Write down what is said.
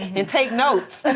and take notes.